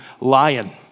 lion